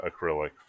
acrylic